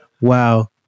wow